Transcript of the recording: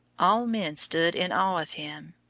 all men stood in awe of him.